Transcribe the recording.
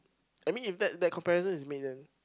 I mean if that that comparison is made then